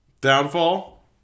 Downfall